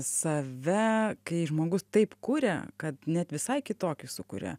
save kai žmogus taip kuria kad net visai kitokį sukuria